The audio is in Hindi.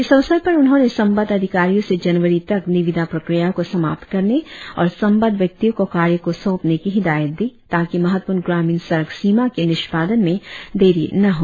इस अवसर पर उन्होंने संबंद्व अधिकारियों से जानवरी तक निविदा प्रक्रिया को समाप्त करने और संबद्ध व्यक्तियों को कार्य को सौपने कि हिदायत दी ताकि महत्वपूर्ण ग्रामीण सड़क सीमा के निष्पादन में देरी न हो